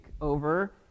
over